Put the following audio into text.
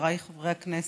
חבריי חברי הכנסת,